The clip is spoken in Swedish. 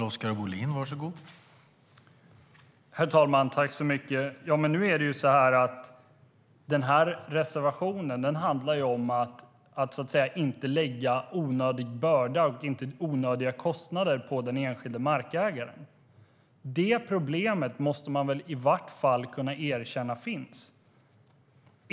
Herr talman! Reservationen handlar ju om att inte lägga onödig börda och onödiga kostnader på den enskilde markägaren. Det är ett problem som man väl i vart fall måste kunna erkänna finns.